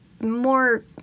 more